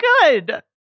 good